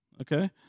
okay